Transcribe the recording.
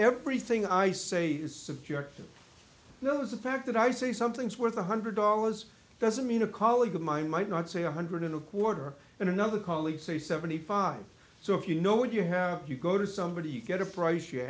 everything i say is subjective no is the fact that i say something is worth one hundred dollars doesn't mean a colleague of mine might not say one hundred in a quarter and another colleague say seventy five so if you know what you have you go to somebody get a price you're